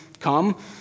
come